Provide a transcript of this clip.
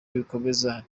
bikomeza